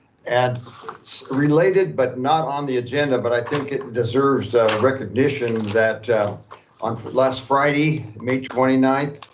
and related but not on the agenda, but i think it deserves recognition that on last friday, may twenty ninth,